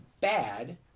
bad